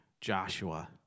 Joshua